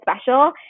special